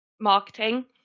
marketing